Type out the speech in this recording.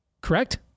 Correct